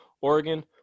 Oregon